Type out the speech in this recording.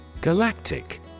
Galactic